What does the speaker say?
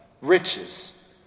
riches